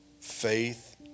faith